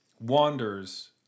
wanders